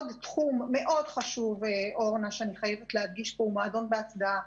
תחום נוסף וחשוב מאוד שאני חייבת להדגיש פה הוא מועדון "בהצדעה".